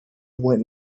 went